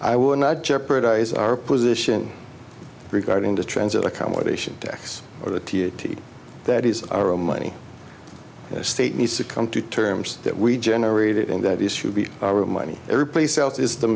i would not jeopardize our position regarding the transit accommodation tax or the t t c that is our own money state needs to come to terms that we generated and that is should be money everyplace else is the